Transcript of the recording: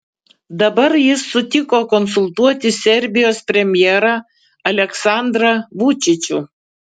dabar jis sutiko konsultuoti serbijos premjerą aleksandrą vučičių